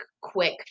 quick